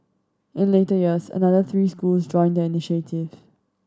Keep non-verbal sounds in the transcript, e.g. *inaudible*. in later years another three schools joined the *unintelligible*